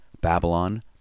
Babylon